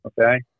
okay